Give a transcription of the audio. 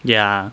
ya